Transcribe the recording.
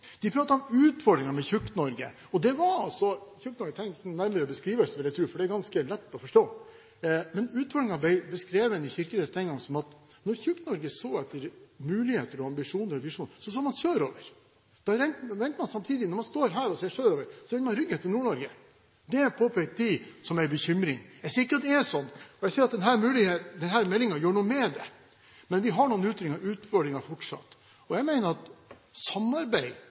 De pratet om utfordringene med «Tjukk-Norge». «Tjukk-Norge» trenger ikke noen nærmere beskrivelse, vil jeg tro, fordi det er ganske lett å forstå. Men utfordringene ble i Kirkenes beskrevet som at når «Tjukk-Norge» så etter muligheter, ambisjoner og visjoner, så man sørover. Da venter man at når man står her og ser sørover, vender man ryggen til Nord-Norge. Det påpekte man som en bekymring. Jeg sier ikke at det er sånn: Jeg sier at denne meldingen gjør noe med det, men vi har noen utfordringer fortsatt. Jeg mener at samarbeid